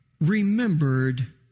remembered